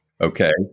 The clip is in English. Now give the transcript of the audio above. Okay